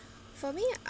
for me